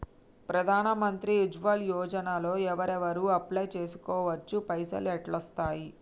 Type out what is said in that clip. ప్రధాన మంత్రి ఉజ్వల్ యోజన లో ఎవరెవరు అప్లయ్ చేస్కోవచ్చు? పైసల్ ఎట్లస్తయి?